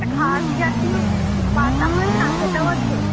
একটা ঘাসজাতীয় পাতা হয় না সেটাও আছে